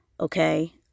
okay